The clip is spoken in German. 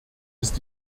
ist